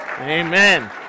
Amen